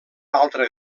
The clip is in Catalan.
altra